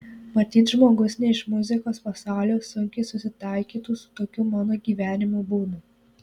matyt žmogus ne iš muzikos pasaulio sunkiai susitaikytų su tokiu mano gyvenimo būdu